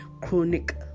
chronic